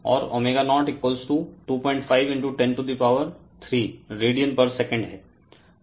और ω0 25 103 radian per second हैं